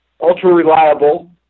ultra-reliable